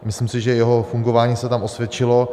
Myslím si, že jeho fungování se tam osvědčilo.